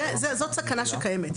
זוהי סכנה שקיימת.